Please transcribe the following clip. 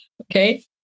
okay